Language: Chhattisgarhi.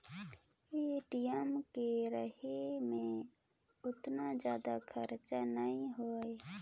ए.टी.एम के रहें मे ओतना जादा खरचा नइ होए